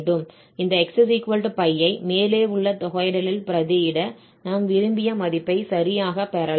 இந்த x π ஐ மேலே உள்ள தொகையிடலில் பிரதியிட நாம் விரும்பிய மதிப்பை சரியாகப் பெறலாம்